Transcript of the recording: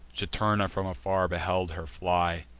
juturna from afar beheld her fly,